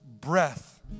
breath